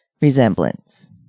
resemblance